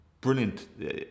brilliant